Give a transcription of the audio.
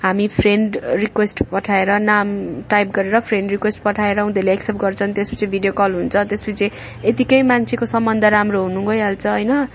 हामी friend request पठाएर नाम टाइप गरेर फ्रेन्ड रिक्वेस्ट पठाएर उनीहरूले एक्सेप्ट गर्छन् त्यस पछि भिडियो कल हुन्छ त्यस पछि यतिकै मान्छेको सम्बन्ध राम्रो हुन गइहाल्छ होइन